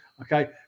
Okay